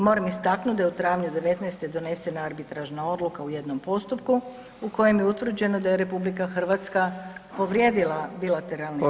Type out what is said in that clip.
Moram istaknut da je u travnju '19. donesena arbitražna odluka u jednom postupku u kojem je utvrđeno da je RH povrijedila bilateralni sporazum…